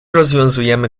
rozwiązujemy